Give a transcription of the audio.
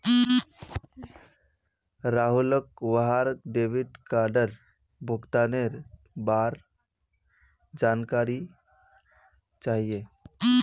राहुलक वहार डेबिट कार्डेर भुगतानेर बार जानकारी चाहिए